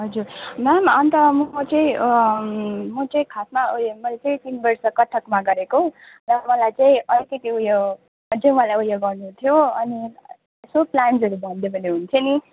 हजुर म्याम अन्त म चाहिँ म चाहिँ खासमा उयो मैले चाहिँ तिन वर्ष कथकमा गरेको र मलाई चाहिँ अलिकति उयो अझै मलाई उयो गर्नु थियो अनि यसो प्लान्सहरू भनिदियो भने हुन्थ्यो नि